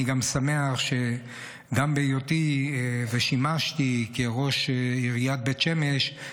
אני שמח שגם כששימשתי ראש עיריית בית שמש,